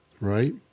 Right